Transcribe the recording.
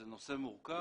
זה נושא מורכב,